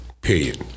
Period